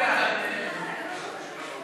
ההצעה